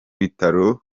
bitaro